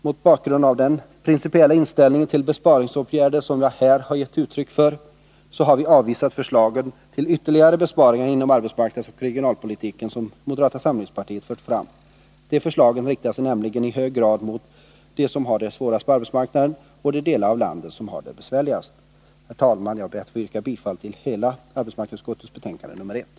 Mot bakgrund av den principiella inställning till besparingsåtgärder som jag här givit uttryck åt har vi avvisat de förslag till ytterligare besparingar inom arbetsmarknadsoch regionalpolitiken som moderata samlingspartiet fört fram. De förslagen riktar sig nämligen i hög grad mot dem som har det svårast på arbetsmarknaden och de delar av landet som har det besvärligast. Herr talman! Jag ber att få yrka bifall till arbetsmarknadsutskottets hemställan på samtliga punkter.